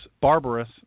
barbarous